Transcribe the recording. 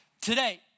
today